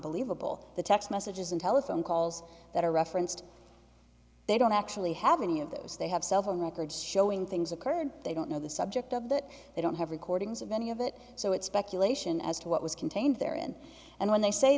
believable the text messages and telephone calls that are referenced they don't actually have any of those they have cell phone records showing things occurred they don't know the subject of that they don't have recordings of any of it so it's speculation as to what was contained therein and when they say